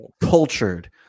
Cultured